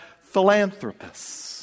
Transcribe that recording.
philanthropists